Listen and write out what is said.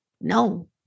no